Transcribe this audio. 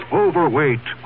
overweight